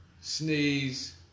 sneeze